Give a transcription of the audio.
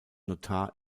notar